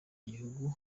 gihugu